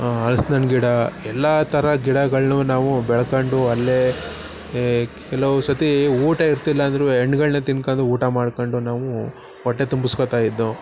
ಹಲ್ಸಿನಣ್ಣು ಗಿಡ ಎಲ್ಲ ಥರ ಗಿಡಗಳನ್ನು ನಾವು ಬೆಳ್ಕೊಂಡು ಅಲ್ಲಿಯೇ ಏ ಕೆಲವು ಸತಿ ಊಟ ಇರ್ತಿಲ್ಲ ಅಂದ್ರು ಹಣ್ಗಳ್ನೆ ತಿನ್ಕಂಡು ಊಟ ಮಾಡ್ಕೊಂಡು ನಾವು ಹೊಟ್ಟೆ ತುಂಬಿಸ್ಕೊತ ಇದ್ದೊ